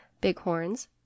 bighorns